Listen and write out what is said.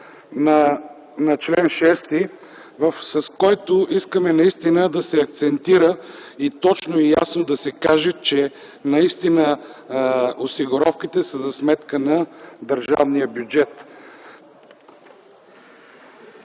на чл. 6, с която искаме наистина да се акцентира, точно и ясно да се каже, че осигуровките са за сметка на държавния бюджет.